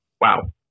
wow